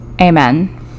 Amen